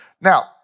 Now